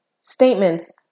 statements